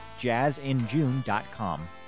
jazzinjune.com